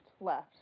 Left